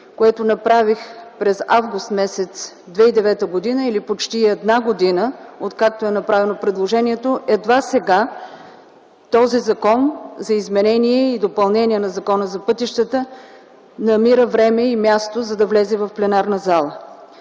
което направих през м. август 2009 г., или почти една година, откакто е направено, едва сега този Законопроект за изменение и допълнение на Закона за пътищата намира време и място, за да влезе в пленарна зала.